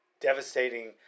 devastating